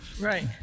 Right